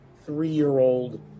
three-year-old